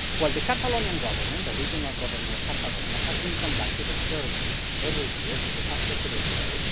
well, the catalonian government, the regional government of catalonia, has been conducting a survey every year for the past decade or so,